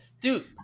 Dude